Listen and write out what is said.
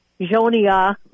Jonia